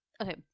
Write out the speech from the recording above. Okay